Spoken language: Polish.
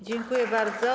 Dziękuję bardzo.